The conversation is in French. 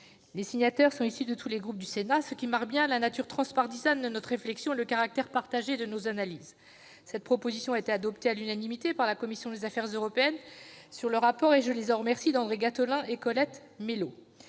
et sénateurs issus de tous les groupes du Sénat, ce qui marque bien la nature transpartisane de notre réflexion et le caractère partagé de nos analyses. Ce texte a été adopté à l'unanimité par la commission des affaires européennes sur le rapport d'André Gattolin et de Colette Mélot,